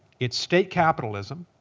it's state capitalism.